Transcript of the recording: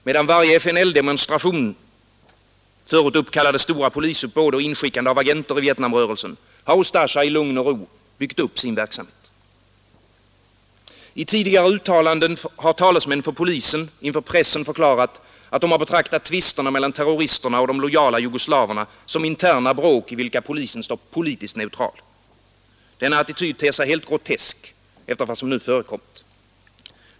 Medan varje FNL-demonstration förut uppkallade stora polisuppbåd och inskickande av agenter i Vietnamrörelsen har Ustasja i lugn och ro byggt upp sin verksamhet. I tidigare uttalanden har talesmän för polisen inför pressen förklarat, att de betraktar tvisterna mellan terroristerna och de lojala jugoslaverna som interna bråk, i vilka polisen står politiskt neutral. Denna attityd ter sig helt grotesk efter vad som nu förekommit.